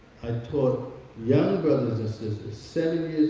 i taught young brothers and sisters, seven